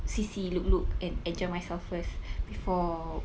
see see look look and enjoy myself first before